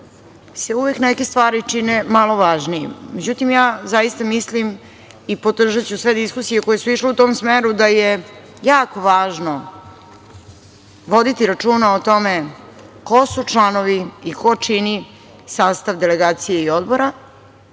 se uvek neke stvari čine malo važnijim.Međutim, ja zaista mislim i podržaću sve diskusije koje su išle u tom smeru da je jako važno voditi računa o tome ko su članovi i ko čini sastav delegacije i odbora